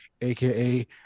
aka